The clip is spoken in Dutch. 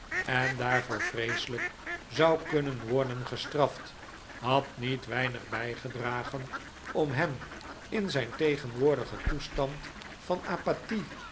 en daarvoor vreeselijk zou kunnen worden gestraft had niet weinig bijgedragen om hem in zijn tegenwoordigen toestand van apathie